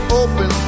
open